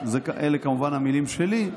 אלה כמובן המילים שלי,